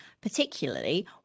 particularly